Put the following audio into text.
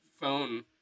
phone